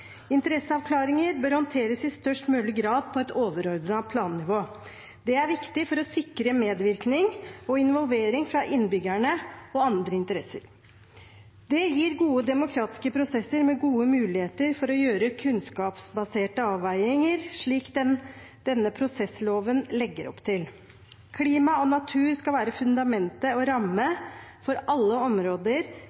Interesseavklaringer bør i størst mulig grad håndteres på et overordnet plannivå. Det er viktig for å sikre medvirkning og involvering fra innbyggerne og andre interesser. Det gir gode demokratiske prosesser med gode muligheter for å gjøre kunnskapsbaserte avveininger, slik denne prosessloven legger opp til. Klima og natur skal være fundamentet og